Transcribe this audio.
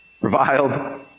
reviled